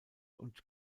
und